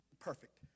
perfect